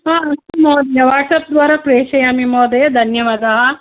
अस्तु महोदय वाट्सप् द्वारा प्रेषयामि महोदय धन्यवादाः